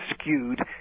skewed